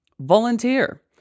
Volunteer